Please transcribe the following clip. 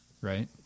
right